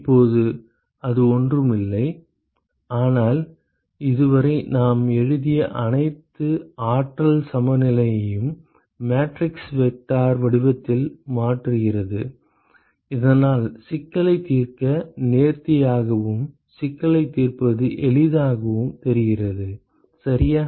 இப்போது அது ஒன்றும் இல்லை ஆனால் இதுவரை நாம் எழுதிய அனைத்து ஆற்றல் சமநிலைகளையும் மேட்ரிக்ஸ் வெக்டார் வடிவத்தில் மாற்றுகிறது இதனால் சிக்கலைத் தீர்க்க நேர்த்தியாகவும் சிக்கலைத் தீர்ப்பது எளிதாகவும் தெரிகிறது சரியா